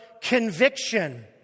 conviction